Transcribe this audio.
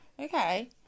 Okay